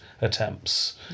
attempts